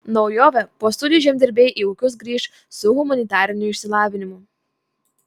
naujovė po studijų žemdirbiai į ūkius grįš su humanitariniu išsilavinimu